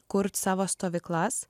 kurt savo stovyklas